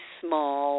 small